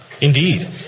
Indeed